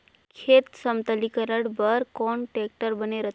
खेत समतलीकरण बर कौन टेक्टर बने रथे?